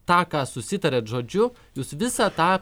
tą ką susitarėt žodžiu jūs visą tą